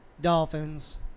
Dolphins